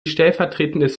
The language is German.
stellvertretendes